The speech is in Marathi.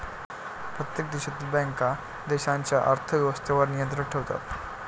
प्रत्येक देशातील बँका देशाच्या अर्थ व्यवस्थेवर नियंत्रण ठेवतात